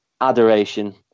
adoration